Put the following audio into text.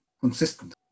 consistent